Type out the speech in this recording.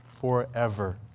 forever